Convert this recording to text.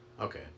Okay